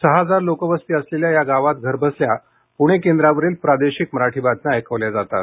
सहा हजार लोकवस्ती असलेल्या या गावात घरबसल्या प्णे केंद्रावरील प्रादेशिक बातम्या ऐकवल्या जातात